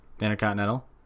Intercontinental